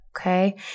okay